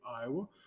Iowa